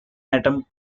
atom